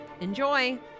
Enjoy